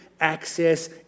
access